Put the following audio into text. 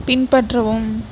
பின்பற்றவும்